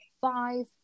five